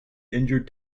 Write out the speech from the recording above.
injured